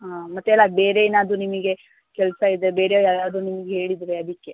ಹಾಂ ಮತ್ತೆ ಅಲ್ಲ ಬೇರೆ ಏನಾದರೂ ನಿಮಗೆ ಕೆಲಸ ಇದ್ದರೆ ಬೇರೆ ಯಾರಾದರೂ ನಿಮಗೆ ಹೇಳಿದರೆ ಅದಕ್ಕೆ